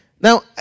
Now